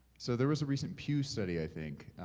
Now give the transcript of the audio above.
so there was a recent pew study, i think,